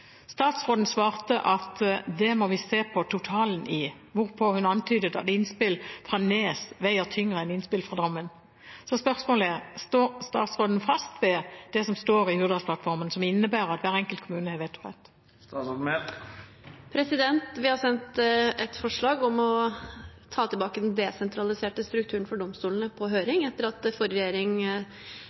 Statsråden svarte at «dette må vi se på totalen i», hvorpå hun antydet at innspill fra Nes veier tyngre enn innspill fra Drammen. Står statsråden fast ved det som står i Hurdalsplattformen, som innebærer at hver enkelt kommune har vetorett?» Vi har sendt et forslag om å ta tilbake den desentraliserte strukturen for domstolene på høring etter at forrige regjering